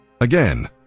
Again